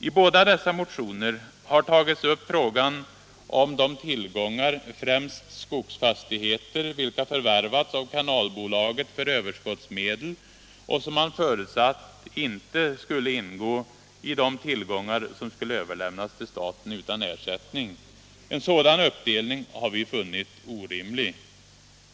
I båda dessa motioner har tagits upp frågan om de tillgångar, främst skogsfastigheter, vilka förvärvats av kanalbolaget för överskottsmedel och som man förutsatt inte skulle ingå i de tillgångar som skulle överlämnas till staten utan ersättning. En sådan uppdelning har vi funnit orimlig.